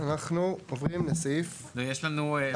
אנחנו עוברים לסעיף --- יש לנו,